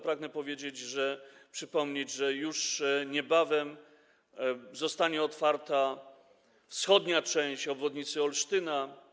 Pragnę też przypomnieć, że już niebawem zostanie otwarta wschodnia część obwodnicy Olsztyna.